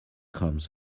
comes